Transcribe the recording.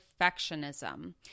perfectionism